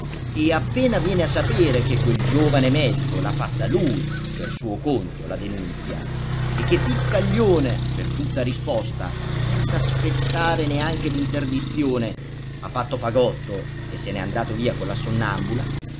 e appena viene a sapere che quel giovane medico l'ha fatta lui per suo conto la denunzia e che piccaglione per tutta risposta senza neanche aspettare l'interdizione ha fatto fagotto e se n'è andato via con la sonnambula